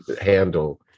handle